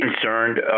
concerned